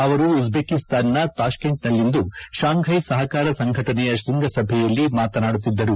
ಅವರು ಉಜ್ಜಕಿಸ್ತಾನ್ನ ತಾಷ್ಕೆಂಟ್ನಲ್ಲಿಂದು ಷಾಂಪ್ವಾ ಸಹಕಾರ ಸಂಘಟನೆಯ ಶೃಂಗಸಭೆಯಲ್ಲಿ ಮಾತನಾಡುತ್ತಿದ್ದರು